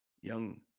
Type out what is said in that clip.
young